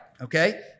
Okay